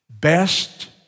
best